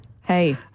Hey